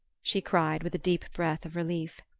she cried with a deep breath of relief.